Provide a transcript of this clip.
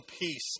peace